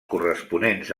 corresponents